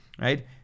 right